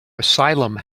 asylum